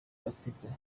gatsiko